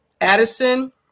Addison